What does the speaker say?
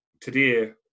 today